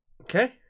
Okay